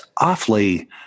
awfully